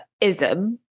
ism